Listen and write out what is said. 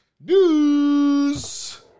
news